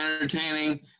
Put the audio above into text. entertaining